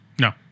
No